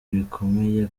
bikomeye